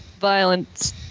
violence